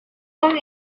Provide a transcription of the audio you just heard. con